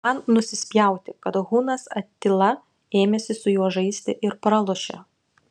man nusispjauti kad hunas atila ėmėsi su juo žaisti ir pralošė